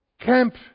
camp